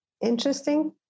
interesting